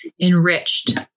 enriched